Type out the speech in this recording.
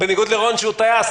בניגוד לרון חולדאי שהוא טייס,